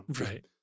Right